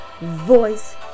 voice